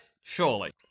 Surely